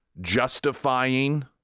justifying